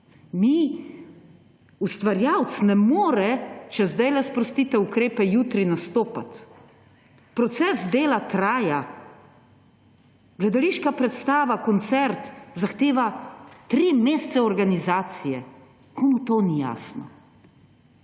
Ustvarjalec ne more, če zdajle sprostite ukrepe, jutri nastopati. Proces dela traja, gledališka predstava, koncert, zahteva tri mesece organizacije. Komu to ni jasno?